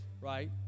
right